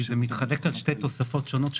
כשזה מתחלק על שתי תוספות שונות,